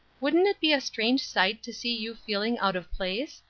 wouldn't it be a strange sight to see you feeling out of place?